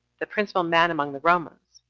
the principal man among the romans,